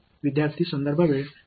மாணவர் சரிதானே